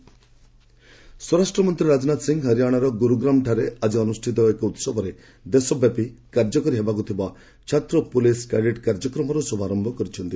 Rajnath SPC ସ୍ୱରାଷ୍ଟ୍ର ମନ୍ତ୍ରୀ ରାଜନାଥ ସିଂ ହରିୟାଣାର ଗୁରୁଗାମ୍ଠାରେ ଆଜି ଅନୁଷ୍ଠିତ ଏକ ଉତ୍ସବରେ ଦେଶବ୍ୟାପୀ କାର୍ଯ୍ୟକାରୀ ହେବାକୃଥିବା ଛାତ୍ର ପୁଲିସ୍ କ୍ୟାଡେଟ୍ କାର୍ଯ୍ୟକ୍ରମର ଶୁଭାରୟ କରିଛନ୍ତି